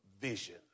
vision